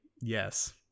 Yes